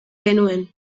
genuen